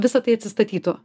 visa tai atsistatytų